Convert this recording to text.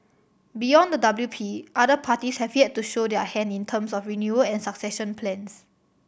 beyond the W P other parties have yet to show their hand in terms of renewal and succession plans